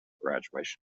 graduation